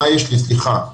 סליחה.